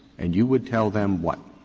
and you would tell them what?